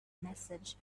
message